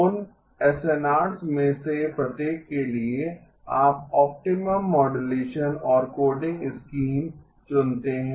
उन एसएनआरस में से प्रत्येक के लिए आप ऑप्टिमम मॉडुलेशन और कोडिंग स्कीम चुनते हैं